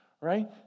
right